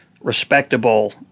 respectable